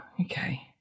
okay